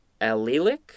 allelic